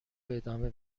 ادامه